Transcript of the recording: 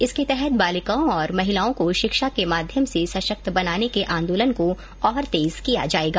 इसके तहत बालिकाओं और महिलाओं को शिक्षा के माध्यम से सशक्त बनाने के आंदोलन को और तेज किया जाएगा